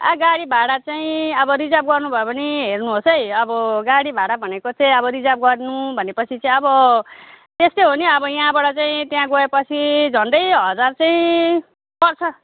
ए गाडी भाडा चाहिँ अब रिजर्व गर्नुभयो भने हेर्नुहोस् है अब गाडी भाडा भनेको चाहिँ अब रिजर्व गर्नु भनेपछि चाहिँ अब त्यस्तै हो नि अब यहाँबाट चाहिँ त्यहाँ गएपछि झन्डै हजार चाहिँ पर्छ